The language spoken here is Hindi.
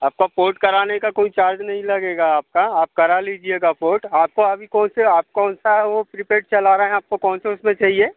आपका पोर्ट कराने का कोई चार्ज नहीं लगेगा आपका आप करा लीजिएगा पोर्ट आपको अभी कौन से आप कौन सा वह प्रीपेड चला रहे हैं आपको कौन से उसमें चहिए